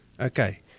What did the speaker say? Okay